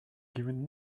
giving